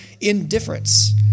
indifference